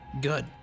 Good